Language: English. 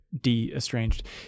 de-estranged